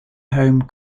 home